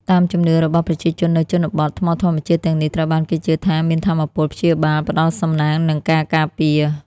តាមជំនឿរបស់ប្រជាជននៅជនបទ ថ្មធម្មជាតិទាំងនេះត្រូវបានគេជឿថាមានថាមពលព្យាបាល ផ្ដល់សំណាង និងការការពារ។